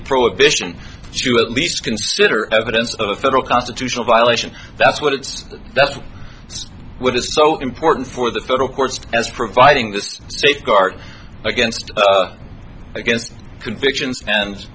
prohibition to at least consider evidence of a federal constitutional violation that's what it's that's what is so important for the federal courts as providing this safeguard against against convictions and